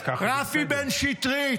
רפי בן שטרית,